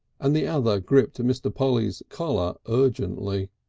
and the other gripped and mr. polly's collar urgently.